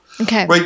Okay